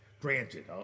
Granted